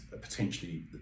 potentially